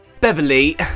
Beverly